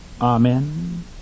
Amen